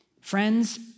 friends